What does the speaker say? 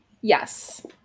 Yes